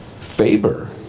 favor